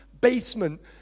basement